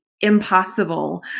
impossible